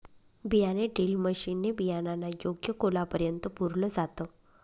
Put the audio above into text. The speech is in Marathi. बियाणे ड्रिल मशीन ने बियाणांना योग्य खोलापर्यंत पुरल जात